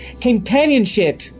Companionship